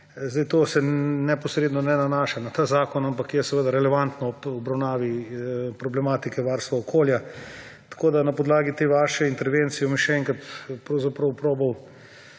To se neposredno ne nanaša na ta zakon, ampak je seveda relevantno ob obravnavi problematike varstva okolja. Tako bom na podlagi te vaše intervencije še enkrat skušal tu